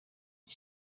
nka